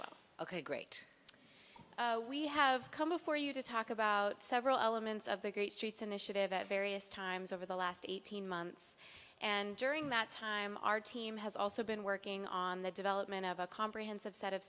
well ok great we have come before you to talk about several elements of the great streets initiative at various times over the last eighteen months and during that time our team has also been working on the development of a comprehensive set of